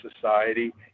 society